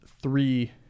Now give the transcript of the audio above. three